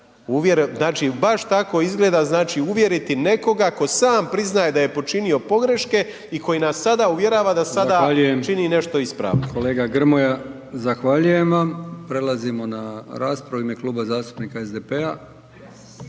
znači baš tako izgleda, znači uvjeriti nekoga tko sam priznaje da je počinio pogreške i koji nas sada uvjerava da sada čini nešto ispravno. **Brkić, Milijan (HDZ)** Zahvaljujem. Kolega Grmoja, zahvaljujem vam. Prelazimo na raspravu u ime Kluba zastupnika SDP-a.